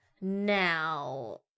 Now